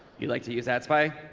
you like to use adspy?